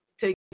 take